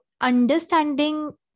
understanding